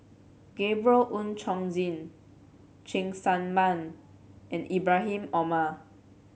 Gabriel Oon Chong Jin Cheng Tsang Man and Ibrahim Omar